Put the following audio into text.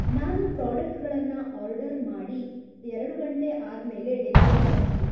ನಾನು ಪ್ರಾಡಕ್ಟ್ಗಳನ್ನು ಆರ್ಡರ್ ಮಾಡಿ ಎರಡು ಗಂಟೆ ಆದಮೇಲೆ ಡೆಲಿವರಿ ಬಂತು